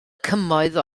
cymoedd